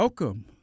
Welcome